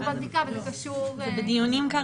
זה כרגע בדיונים.